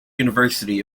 university